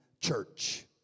church